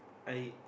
I